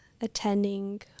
attending